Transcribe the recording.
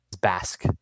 Basque